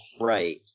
Right